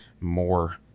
more